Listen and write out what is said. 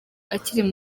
akiri